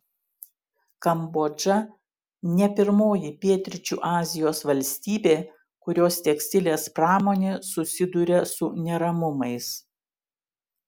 kambodža ne pirmoji pietryčių azijos valstybė kurios tekstilės pramonė susiduria su neramumais